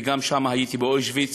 וגם הייתי באושוויץ